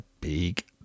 big